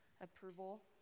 approval